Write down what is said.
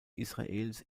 israels